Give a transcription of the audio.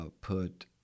put